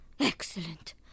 Excellent